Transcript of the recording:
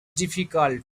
difficult